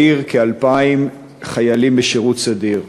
בעיר כ-2,000 חיילים בשירות סדיר.